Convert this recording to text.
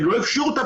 הם לא הפשירו אותם,